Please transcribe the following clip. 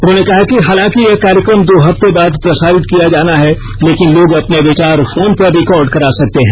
उन्होंने कहा कि हालांकि यह कार्यक्रम दो हफ्ते बाद प्रसारित किया जाना है लेकिन लोग अपने विचार फोन पर रिकार्ड करा सकते हैं